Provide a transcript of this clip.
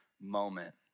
moment